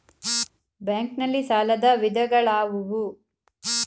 Bank ನಲ್ಲಿ ಸಾಲದ ವಿಧಗಳಾವುವು?